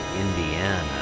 Indiana